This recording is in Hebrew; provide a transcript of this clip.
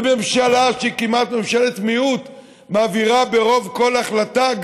וממשלה שהיא כמעט ממשלת מיעוט מעבירה ברוב כל החלטה,